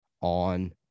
on